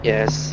Yes